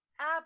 app